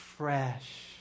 fresh